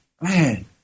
man